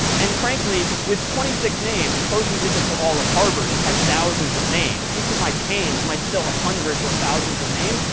and frankly, with twenty six names suppose we did this for all of harvard and had thousands of names. each of my chains might still have hundreds or thousands of names.